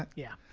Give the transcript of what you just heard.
yeah.